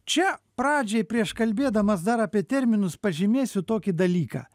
čia pradžiai prieš kalbėdamas dar apie terminus pažymėsiu tokį dalyką